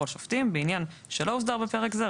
על שופטים14ד.בעניין שלא הוסדר בפרק זה,